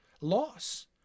Loss